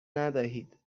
ندهید